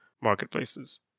marketplaces